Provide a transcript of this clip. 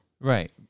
Right